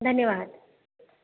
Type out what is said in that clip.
धन्यवाद